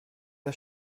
der